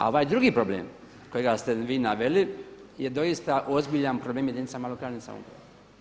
A ovaj drugi problem kojega ste vi naveli je doista ozbiljan problem jedinicama lokalne samouprave.